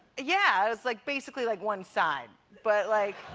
yeah, it's like, basically, like one side. but, like,